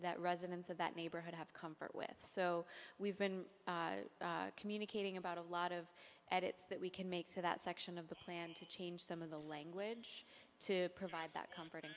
that residents of that neighborhood have comfort with so we've been communicating about a lot of edits that we can make so that section of the plan to change some of the language to provide that comfort and